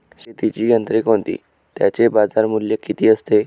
शेतीची यंत्रे कोणती? त्याचे बाजारमूल्य किती असते?